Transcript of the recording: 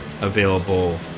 available